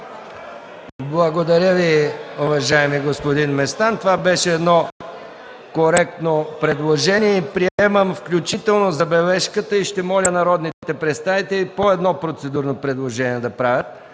Благодаря Ви, уважаеми господин Местан. Това беше едно коректно предложение. Приемам включително забележката и ще моля народните представители да правят по едно процедурно предложение.